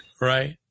right